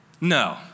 No